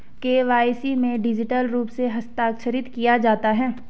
KYC में digital रूप से हस्ताक्षरित किया जाता है